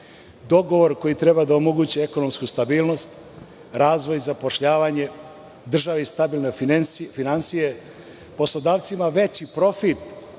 dogovor koji treba da omogući ekonomsku stabilnost, razvoj, zapošljavanje, državi stabilne finansije, poslodavcima veći profit,